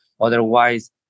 Otherwise